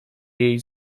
jej